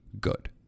good